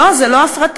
לא, זו לא הפרטה.